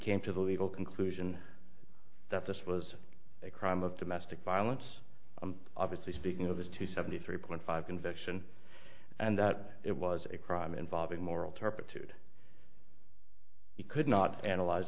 came to the legal conclusion that this was a crime of domestic violence obviously speaking of his two seventy three point five conviction and that it was a crime involving moral turpitude he could not analyze